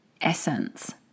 essence